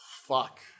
Fuck